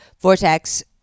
Vortex